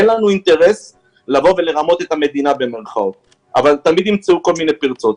אין לנו אינטרס לבוא "ולרמות" את המדינה אבל תמיד ימצאו כל מיני פרצות.